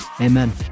amen